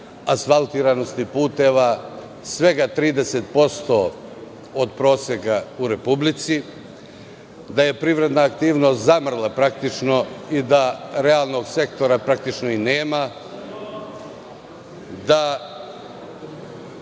asfaltiranosti puteva svega 30% od proseka u Republici, da je privredna aktivnost praktično zamrla i da realnog sektora praktično i nema, da